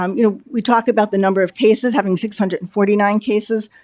um you know, we talk about the number of cases having six hundred and forty nine cases,